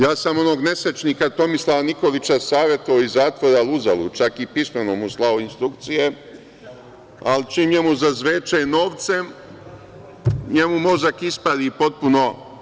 Ja sam onog nesrećnika Tomislava Nikolića savetovao iz zatvora uzalud, čak i pismeno mu slao instrukcije, ali čim njemu zazveče novcem, njemu mozak ispari potpuno.